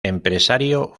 empresario